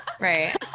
Right